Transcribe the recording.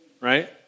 right